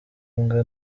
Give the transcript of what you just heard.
mbwa